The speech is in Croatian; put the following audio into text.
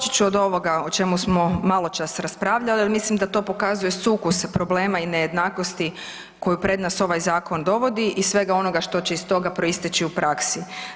ću od ovoga o čemu smo maločas raspravljali jer mislim da to pokazuje sukus problema i nejednakosti koje pred nas ovaj zakon dovodi i svega onoga što će iz toga proisteći u praksi.